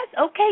okay